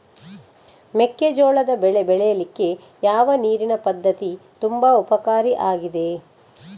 ಮೆಕ್ಕೆಜೋಳದ ಬೆಳೆ ಬೆಳೀಲಿಕ್ಕೆ ಯಾವ ನೀರಿನ ಪದ್ಧತಿ ತುಂಬಾ ಉಪಕಾರಿ ಆಗಿದೆ?